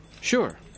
Sure